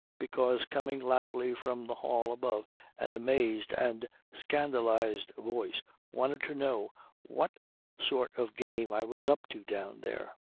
because coming loudly from the hall above an amazed and scandalized voice wanted to know what sort of game i was up to down there.